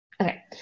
Okay